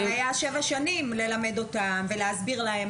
אבל היו שבע שנים ללמד אותם ולהסביר להם,